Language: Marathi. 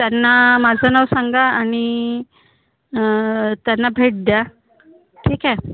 त्यांना माझं नाव सांगा आणि त्यांना भेट द्या ठीक आहे